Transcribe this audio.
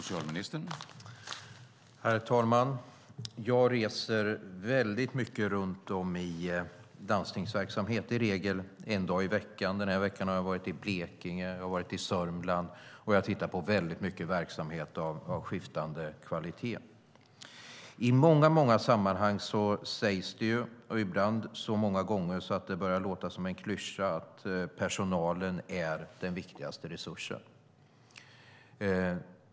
Herr talman! Jag reser runt väldigt mycket och besöker landstingsverksamheter. Jag gör det i regel en dag i veckan. Den här veckan har jag varit i Blekinge, och jag har varit i Sörmland. Jag har tittat på väldigt mycket verksamhet av skiftande kvalitet. I många sammanhang sägs det - ibland så många gånger att det börjar låta som en klyscha - att personalen är den viktigaste resursen.